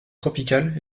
tropicales